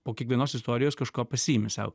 po kiekvienos istorijos kažką pasiimi sau